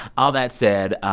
all that said,